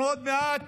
אנחנו עוד מעט